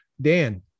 Dan